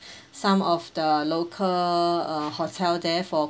some of the local uh hotel there for